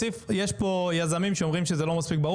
אנחנו לוקחים את זה כנקודה לעצמנו לבדוק את הנושא הזה.